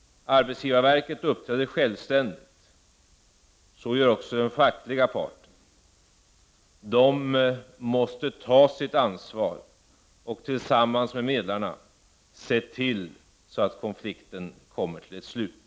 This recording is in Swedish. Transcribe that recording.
Arbetsgivarverket uppträder självständigt. Så gör också den fackliga parten. De måste ta sitt ansvar och tillsammans med medlarna se till att konflikten kommer till ett slut.